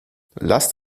lasst